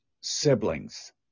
siblings